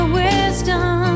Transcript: wisdom